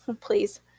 please